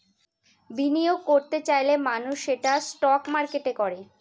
বিনিয়োগ করত চাইলে মানুষ সেটা স্টক মার্কেটে করে